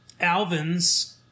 Alvin's